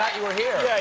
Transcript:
you were here. yeah